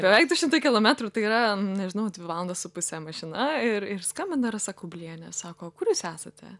beveik du šimtai kilometrų tai yra nežinau dvi valandos su puse mašina ir ir skambina rasa kubilienė sako kur jūs esate